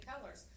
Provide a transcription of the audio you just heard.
colors